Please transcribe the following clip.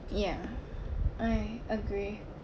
ya I agree